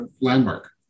landmark